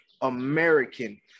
American